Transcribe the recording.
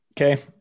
Okay